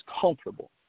comfortable